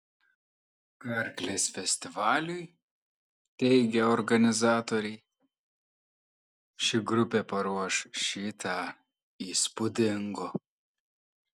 karklės festivaliui teigia organizatoriai ši grupė paruoš šį tą įspūdingo